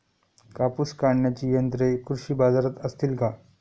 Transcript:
कापूस काढण्याची यंत्रे कृषी बाजारात असतील का?